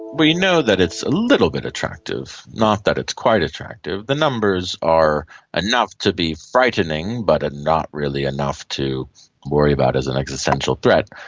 we know that it's a little bit attractive, not that it's quite attractive. the numbers are enough to be frightening but ah not really enough to worry about as and existential threat.